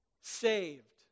saved